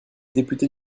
députés